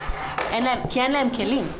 כי אין להם כלים.